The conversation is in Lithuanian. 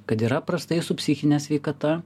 kad yra prastai su psichine sveikata